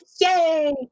Yay